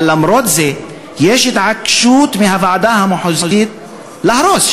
אבל למרות זה יש התעקשות מהוועדה המחוזית להרוס.